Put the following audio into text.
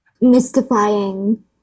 mystifying